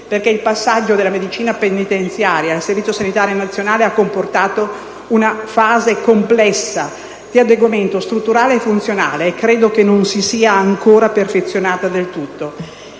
perché il passaggio della medicina penitenziaria al Servizio sanitario nazionale ha comportato una fase complessa di adeguamento strutturale e funzionale, che credo non si sia ancora perfezionata del tutto.